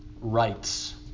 rights